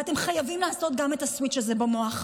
ואתם חייבים לעשות גם את הסוויץ' הזה במוח.